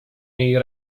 jej